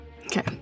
Okay